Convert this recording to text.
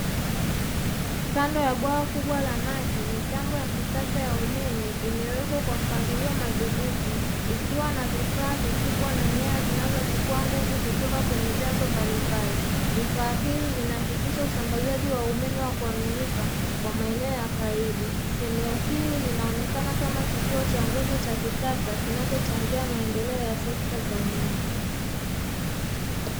Kando ya bwawa kubwa la maji mitambo ya kisasa ya umeme, imewekwa kwa mpangilio madhubuti ikiwa na vifaa vikubwa na nyaya zinazochukua nguvu kutoka kwenye vyanzo mbalimbali. Vifaa hivi vinahakikisha usambazaji wa umeme wa kuaminika kwa maeneo ya karibu. Eneo hili linaonekana kama kituo cha nguvu cha kisasa kinachochangia maendeleo ya sekta za umeme.